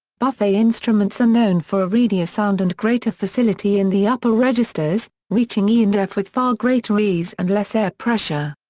buffet instruments are known for a reedier sound and greater facility in the upper registers, reaching reaching e' and f' with far greater ease and less air pressure.